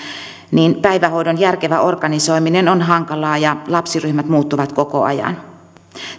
niin päivähoidon järkevä organisoiminen on hankalaa ja lapsiryhmät muuttuvat koko ajan